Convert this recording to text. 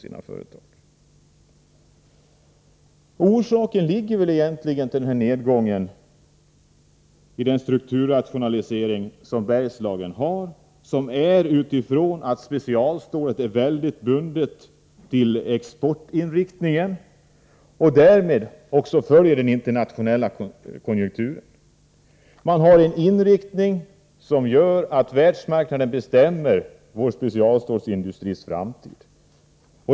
Orsaken till denna nedgång ligger väl egentligen i den strukturrationalisering som Bergslagen genomgår utifrån det förhållandet att specialstålet är starkt bundet till exportinriktningen och därmed följer den internationella konjunkturen. Denna inriktning gör att världsmarknaden bestämmer specialstålsindustrins framtid.